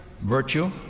virtue